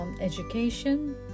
education